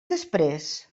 després